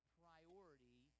priority